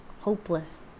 hopeless